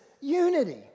unity